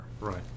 Right